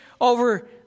over